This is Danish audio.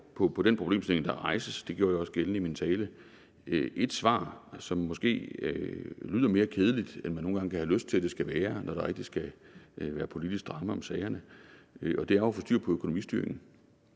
på den problemstilling, der rejses, som jeg også gjorde gældende i min tale, er et svar, som måske lyder mere kedeligt, end man nogle gange kan have lyst til det skal være, når der skal være politisk drama om sagerne, og det er jo at få styr på økonomistyringen.